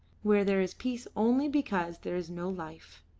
where there is peace only because there is no life.